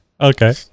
Okay